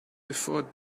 before